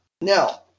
Now